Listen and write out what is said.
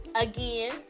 Again